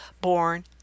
born